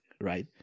right